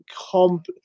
comp